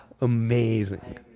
amazing